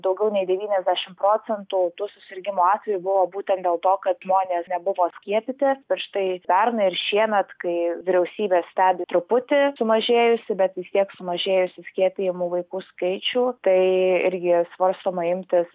daugiau nei devyniasdešimt procentų tų susirgimų atvejų buvo būtent dėl to kad žmonės nebuvo skiepyti prieš tai pernai ir šiemet kai vyriausybės stebi truputį sumažėjusį bet vis tiek sumažėjusį skiepijamų vaikų skaičių tai irgi svarstoma imtis